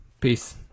Peace